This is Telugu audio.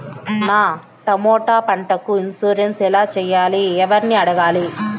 నా టమోటా పంటకు ఇన్సూరెన్సు ఎలా చెయ్యాలి? ఎవర్ని అడగాలి?